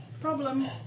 Problem